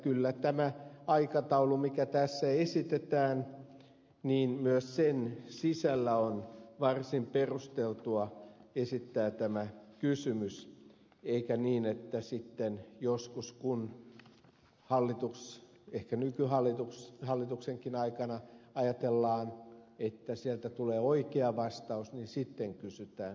kyllä tämän aikataulun mitä tässä esitetään sisällä on varsin perusteltua esittää tämä kysymys eikä niin että joskus kun ehkä nykyhallituksenkin aikana ajatellaan että sieltä tulee oikea vastaus sitten kysytään